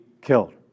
killed